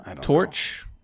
torch